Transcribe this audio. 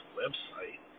website